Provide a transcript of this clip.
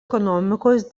ekonomikos